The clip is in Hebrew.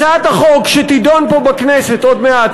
הצעת החוק שתידון פה בכנסת עוד מעט,